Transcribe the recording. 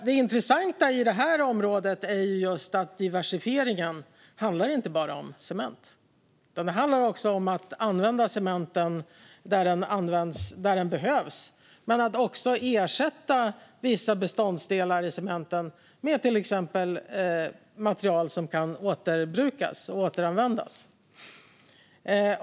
Det intressanta på det här området är att diversifieringen inte bara handlar om cement utan även om att använda cementen där den behövs - och om att ersätta vissa beståndsdelar i cementen med till exempel material som kan återbrukas, alltså återanvändas.